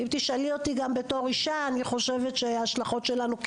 אם תשאלי אותי גם בתור אישה אני חושבת שההשלכות שלנו,